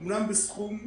אומנם בסכום מסוים,